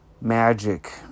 magic